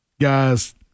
Guys